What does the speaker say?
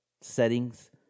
settings